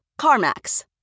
CarMax